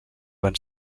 van